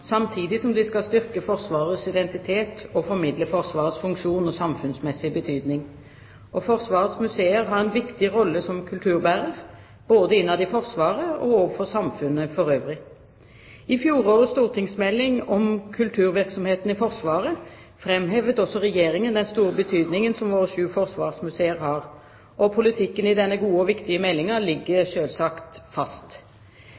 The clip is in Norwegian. samtidig som de skal styrke Forsvarets identitet og formidle Forsvarets funksjon og samfunnsmessige betydning. Forsvarets museer har en viktig rolle som kulturbærer, både innad i Forsvaret og overfor samfunnet for øvrig. I fjorårets stortingsmelding om kulturvirksomheten i Forsvaret framhevet også Regjeringen den store betydningen som våre sju forsvarsmuseer har. Politikken i denne gode og viktige